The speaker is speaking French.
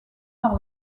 par